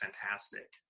fantastic